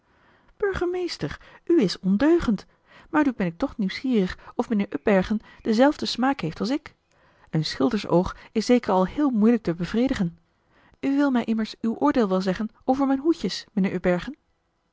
u is ondeugend maar nu ben ik toch nieuwsgierig of mijnheer upbergen denzelfden smaak heeft als ik een schildersoog is zeker al heel moeilijk marcellus emants een drietal novellen te bevredigen u wil mij immers uw oordeel wel zeggen over mijn hoedjes mijnheer upbergen